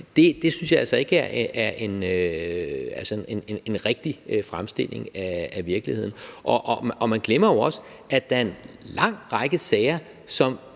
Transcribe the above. synes jeg altså ikke er en rigtig fremstilling af virkeligheden. Og man glemmer jo også, at der er en lang række sager,